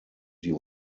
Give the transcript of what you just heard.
die